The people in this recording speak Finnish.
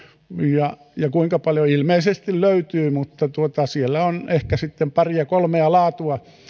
ja ja kuinka paljon ilmeisesti löytyy mutta siellä on sitten ehkä paria kolmea laatua